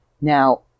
Now